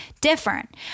different